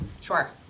Sure